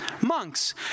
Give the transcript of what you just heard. Monks